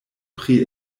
pri